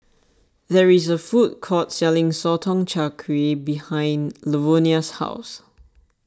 there is a food court selling Sotong Char Kway behind Lavonia's house